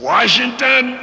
Washington